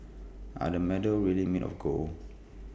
are the medals really made of gold